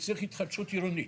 וצריך התחדשות עירונית.